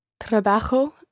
Trabajo